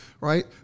right